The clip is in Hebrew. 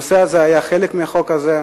הנושא הזה היה חלק מהחוק הזה.